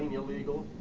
illegal,